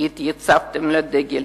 שהתייצבתם לדגל,